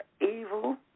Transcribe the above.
evil